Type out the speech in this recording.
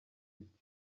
iti